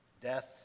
Death